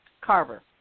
Carver